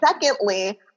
secondly